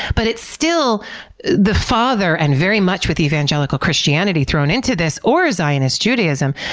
but it's still the father and very much with evangelical christianity thrown into this or zionist judaism.